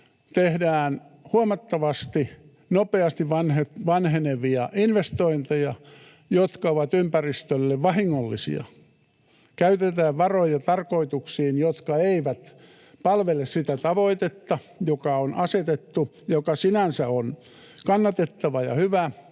tehdään huomattavasti nopeasti vanhenevia investointeja, jotka ovat ympäristölle vahingollisia, ja käytetään varoja tarkoituksiin, jotka eivät palvele sitä tavoitetta, joka on asetettu — joka sinänsä on kannatettava ja hyvä,